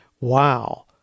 Wow